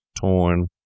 torn